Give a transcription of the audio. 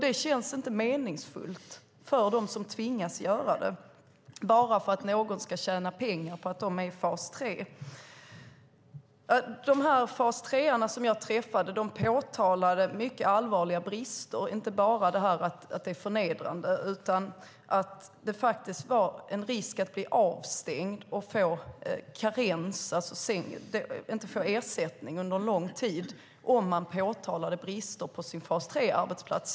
Det känns inte meningsfullt för dem som tvingas göra det bara för att någon ska tjäna pengar på att de är i fas 3. De fas 3:are som jag träffade påtalade mycket allvarliga brister - inte bara detta att det var förnedrande utan också att det fanns en risk att bli avstängd och för att få karens, alltså att inte få ersättning, under en lång tid, om man påtalade brister på sin fas 3-arbetsplats.